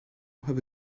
have